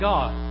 God